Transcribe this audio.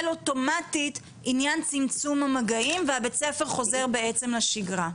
אוטומטית עניין צמצום המגעים ובית הספר חוזר בעצם לשגרה.